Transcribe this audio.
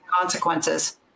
consequences